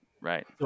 Right